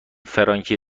فرانکی